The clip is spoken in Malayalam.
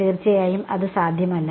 തീർച്ചയായും അത് സാധ്യമല്ല